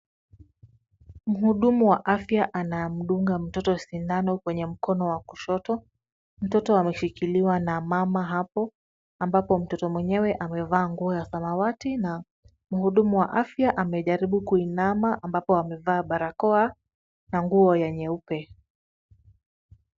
Mhudumu wa afya anamdunga mtoto sindano kwenye mkono wa kushoto. Mtoto ameshikiliwa na mama hapo ambapo mtoto mwenyewe amevaa nguo ya samawati na mhudumu wa afya amejaribu kuinama ambapo amevaa barakoa na nguo ya nyeupe.